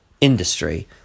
industry